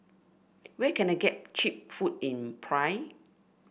where can I get cheap food in Praia